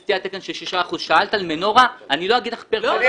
עם סטיית תקן של 6%. שאלת על מנורה --- לא על מנורה,